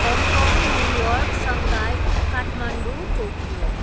Hong Kong New York Shanghai Kathmandu Tokyo